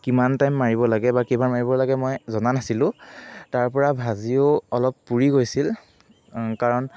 কিমান টাইম মাৰিব লাগে বা কেইবাৰ মাৰিব লাগে মই জনা নাছিলো তাৰপৰা ভাজিও অলপ পুৰি গৈছিল কাৰণ